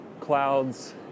clouds